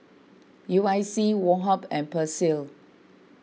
U I C Woh Hup and Persil